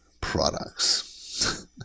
products